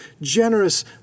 generous